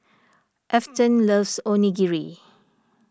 Afton loves Onigiri